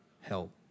help